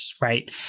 right